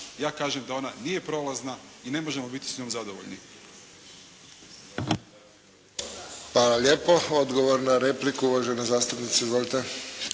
Ja kažem da ona nije prolazna i ne možemo biti s njom zadovoljni.